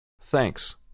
Thanks